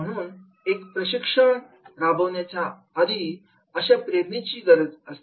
म्हणून एक प्रशिक्षण कार्यक्रम राबवण्याआधी अशा प्रेरणेचीही गरज आहे